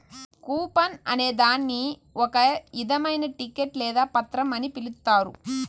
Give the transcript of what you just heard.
coupon అనే దాన్ని ఒక ఇధమైన టికెట్ లేదా పత్రం అని పిలుత్తారు